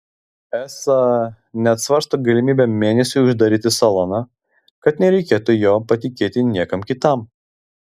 esą net svarsto galimybę mėnesiui uždaryti saloną kad nereikėtų jo patikėti niekam kitam